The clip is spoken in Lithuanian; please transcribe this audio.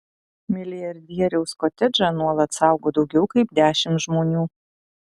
milijardieriaus kotedžą nuolat saugo daugiau kaip dešimt žmonių